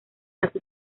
así